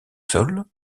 sol